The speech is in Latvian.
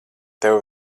tev